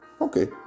Okay